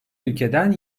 ülkeden